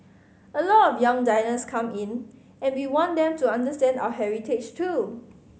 a lot of young diners come in and we want them to understand our heritage too